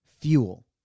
fuel